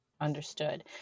Understood